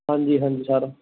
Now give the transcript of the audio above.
ਹਾਂਜੀ ਹਾਂਜੀ ਸਰ